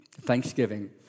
Thanksgiving